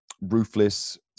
ruthless